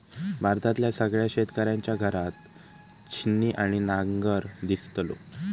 भारतातल्या सगळ्या शेतकऱ्यांच्या घरात छिन्नी आणि नांगर दिसतलो